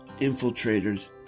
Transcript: infiltrators